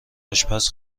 آشپز